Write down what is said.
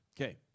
okay